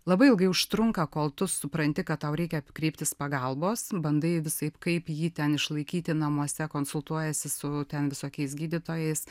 labai ilgai užtrunka kol tu supranti kad tau reikia kreiptis pagalbos bandai visaip kaip jį ten išlaikyti namuose konsultuojiesi su ten visokiais gydytojais